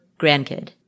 grandkid